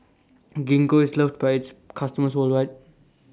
Gingko IS loved By its customers worldwide